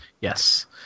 yes